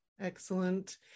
excellent